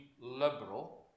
liberal